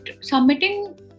submitting